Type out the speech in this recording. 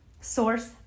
Source